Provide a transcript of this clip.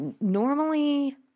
Normally